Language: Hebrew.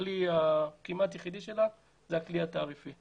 הכלי היחיד שלה כמעט הוא הכלי של התעריף.